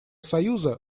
союза